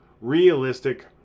realistic